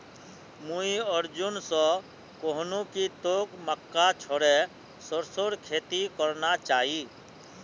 मुई अर्जुन स कहनु कि तोक मक्का छोड़े सरसोर खेती करना चाइ